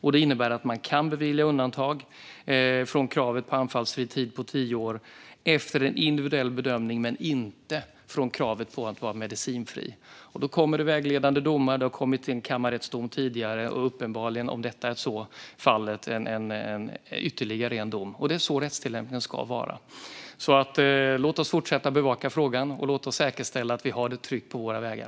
Detta innebär att man kan bevilja undantag från kravet på anfallsfri tid på tio år efter en individuell bedömning men inte från kravet på att vara medicinfri. Det kommer vägledande domar. Det har tidigare kommit en kammarrättsdom, och uppenbarligen - om detta är fallet - ytterligare en dom. Det är så rättstillämpningen ska vara. Låt oss fortsätta att bevaka frågan, och låt oss säkerställa att vi har det tryggt på våra vägar!